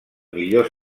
millor